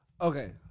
okay